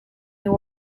new